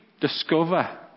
discover